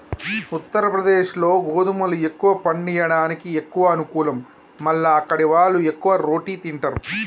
ఉత్తరప్రదేశ్లో గోధుమలు ఎక్కువ పండియడానికి ఎక్కువ అనుకూలం మల్ల అక్కడివాళ్లు ఎక్కువ రోటి తింటారు